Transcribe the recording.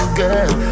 girl